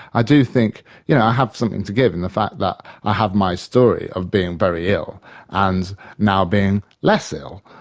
i do think you know i have something to give, and the fact that i have my story of being very ill and now being less ill,